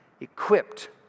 equipped